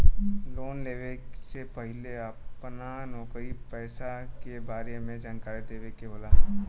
Loan लेवे से पहिले अपना नौकरी पेसा के बारे मे जानकारी देवे के होला?